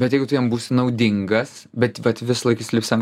bet jeigu tu jam būsi naudingas bet vat visąlaik jis lips ant